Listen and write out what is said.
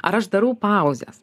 ar aš darau pauzes